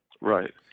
Right